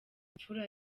imfura